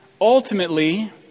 Ultimately